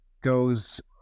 goes